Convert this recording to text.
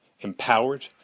empowered